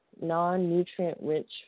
non-nutrient-rich